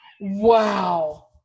Wow